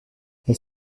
elle